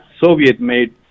soviet-made